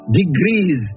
degrees